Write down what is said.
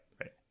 right